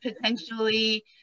potentially